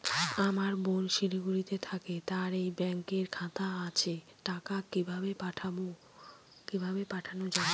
আমার বোন শিলিগুড়িতে থাকে তার এই ব্যঙকের খাতা আছে টাকা কি ভাবে পাঠানো যাবে?